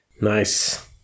Nice